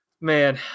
Man